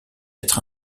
être